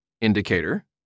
indicator